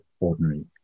ordinary